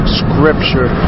scripture